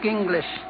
English